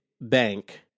bank